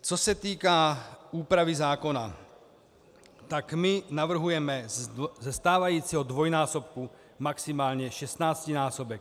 Co se týká úpravy zákona, my navrhujeme ze stávajícího dvojnásobku maximálně šestnáctinásobek.